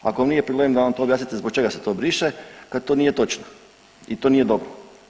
Ako vam nije problem da nam to objasnite zbog čega se to briše jer to nije točno i to nije dobro.